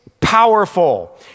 powerful